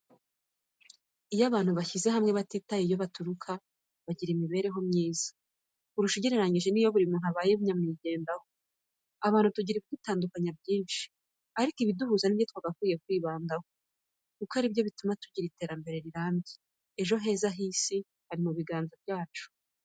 Iyo abantu bashize hamwe batitaye iyo baturuka bagira imibereho myiza kurusha ugereranyije n'iyo buri muntu abaye nyamwigendaho. Abantu tugira ibidutandukanya byinshi ariko ibiduhuza ni byo twakakwiye kwibandaho, kuko ari byo bituma tugira iterambere rirambye. Ejo heza h'isi hari mu biganza byacu.